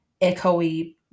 echoey